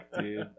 dude